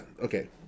okay